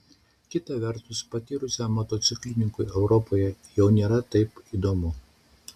kita vertus patyrusiam motociklininkui europoje jau nėra taip įdomu